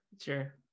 Sure